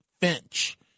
Finch